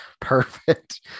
Perfect